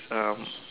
um